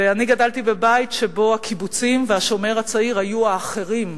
ואני גדלתי בבית שבו הקיבוצים ו"השומר הצעיר" היו "האחרים".